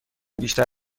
بیشتر